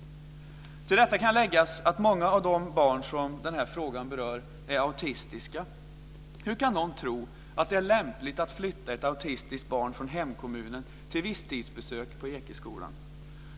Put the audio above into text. Till detta kan läggas att många av de barn som den här frågan berör är autistiska. Hur kan någon tro att det är lämpligt att flytta ett autistiskt barn från hemkommunen till visstidsbesök på Ekeskolan?